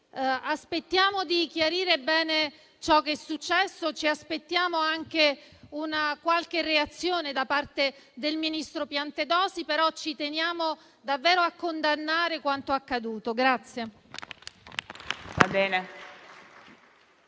aspettiamo di chiarire bene ciò che è successo. Aspettiamo anche una qualche reazione da parte del ministro Piantedosi, ma ci teniamo a condannare quanto accaduto.